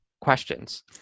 questions